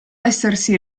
essersi